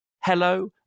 hello